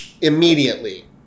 immediately